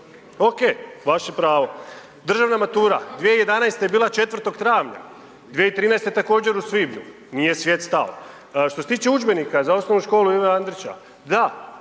Ok, vaše pravo. Državna matura, 2011. je bila 4. travnja, 2013. također u svibnju, nije svijet stao. Što se tiče udžbenika za Osnovnu školu Ive Andrića, da